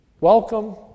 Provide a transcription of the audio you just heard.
welcome